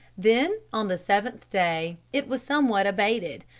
then on the seventh day it was somewhat abated.